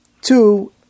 two